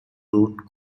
root